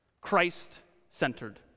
Christ-centered